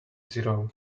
zero